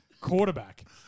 quarterback